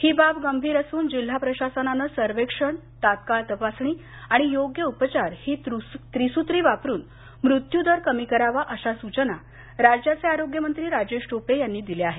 ही बाब गंभीर असून जिल्हा प्रशासनाने सर्वेक्षण तात्काळ तपासणी आणि योग्य उपचार ही त्रिसूत्री वापरून मृत्यू दर कमी करावा अशा सुचना राज्याचे आरोग्य मंत्री राजेश टोपे यांनी दिल्या आहेत